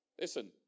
Listen